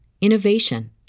innovation